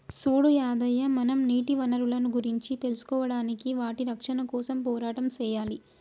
సూడు యాదయ్య మనం నీటి వనరులను గురించి తెలుసుకోడానికి వాటి రక్షణ కోసం పోరాటం సెయ్యాలి